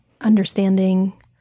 understanding